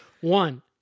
One